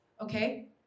okay